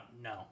No